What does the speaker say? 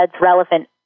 relevant